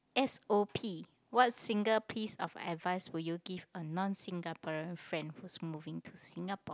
s_o_p what single piece of advice will you give on non Singaporean friend who's moving to Singapore